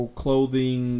clothing